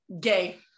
gay